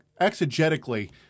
exegetically